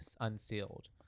unsealed